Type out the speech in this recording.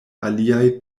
aliaj